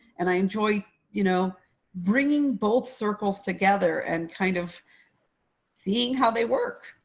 and i enjoy you know bringing both circles together and kind of seeing how they work.